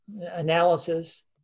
analysis